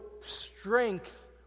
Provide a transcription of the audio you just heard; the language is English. strength